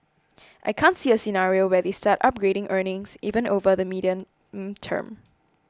I can't see a scenario where they start upgrading earnings even over the medium term